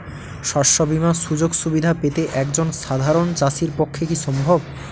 শস্য বীমার সুযোগ সুবিধা পেতে একজন সাধারন চাষির পক্ষে কি সম্ভব?